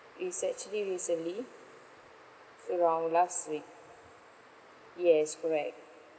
it's actually recently so around last week yes correct